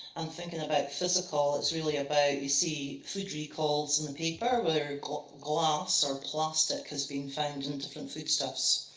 and thinking about physical, it's really about you see food recalls in the paper, where glass or plastic has been found in different foodstuffs.